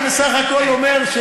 אני בסך הכול אומר,